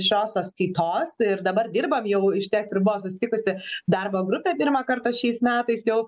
šios apskaitos ir dabar dirbam jau išties ir buvo susitikusi darbo grupė pirmą kartą šiais metais jau